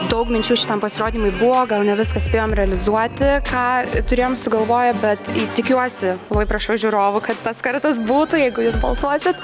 daug minčių šitam pasirodymui buvo gal ne viską spėjom realizuoti ką turėjom sugalvoję bet tikiuosi labai prašau žiūrovų kad tas kartas būtų jeigu jūs balsuosit